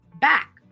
back